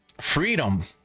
freedom